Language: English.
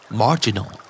marginal